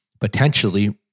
potentially